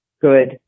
good